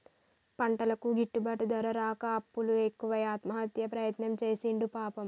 పంటలకు గిట్టుబాటు ధర రాక అప్పులు ఎక్కువై ఆత్మహత్య ప్రయత్నం చేసిండు పాపం